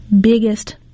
biggest